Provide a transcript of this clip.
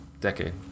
decade